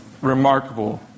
remarkable